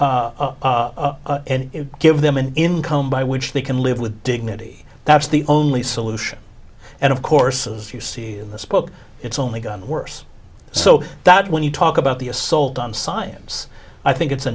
make and give them an income by which they can live with dignity that's the only solution and of course as you see in this book it's only gotten worse so that when you talk about the assault on science i think it's a